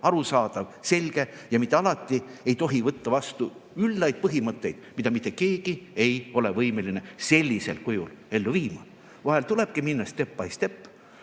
arusaadav, selge. Kunagi ei tohi võtta vastu üllaid põhimõtteid, mida mitte keegi ei ole võimeline sellisel kujul ellu viima. Vahel tulebki minnastep-by-step.